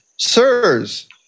Sirs